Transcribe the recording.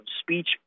speech